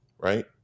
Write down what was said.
right